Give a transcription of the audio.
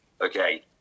okay